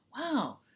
wow